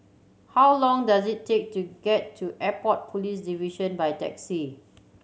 how long does it take to get to Airport Police Division by taxi